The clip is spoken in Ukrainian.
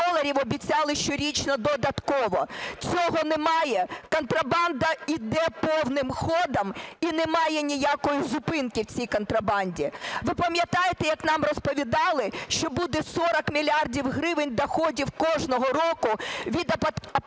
доларів обіцяли щорічно додатково. Цього немає, контрабанда йде повним ходом і немає ніякої зупинки цій контрабанді. Ви пам'ятаєте, як нам розповідали, що буде 40 мільярдів гривень доходів кожного року від оподаткування